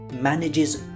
manages